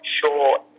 sure